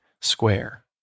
square